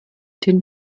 den